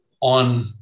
on